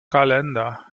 kalender